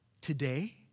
today